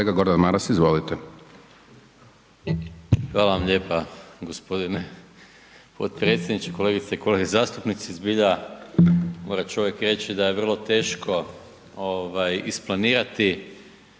Hvala vam lijepa gospodine potpredsjedniče. Kolegice i kolege zastupnici. Zbilja mora čovjek reći da je vrlo teško isplanirati